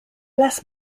bless